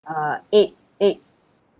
uh eight eight